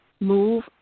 Move